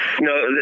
No